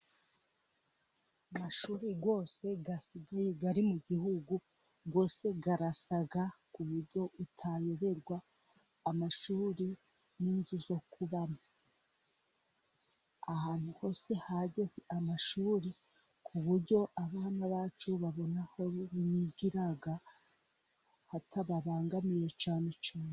Amashuri yose asigaye ari mu gihugu yose arasa ku buryo utayoberwa amashuri n'inzu zo kubamo, ahantu hose hageze amashuri ku buryo abana bacu babona aho bigira hatababangamiye cyane.